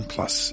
Plus